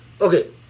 Okay